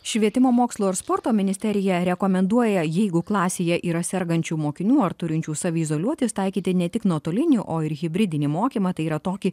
švietimo mokslo ir sporto ministerija rekomenduoja jeigu klasėje yra sergančių mokinių ar turinčių saviizoliuotis taikyti ne tik nuotolinį o ir hibridinį mokymą tai yra tokį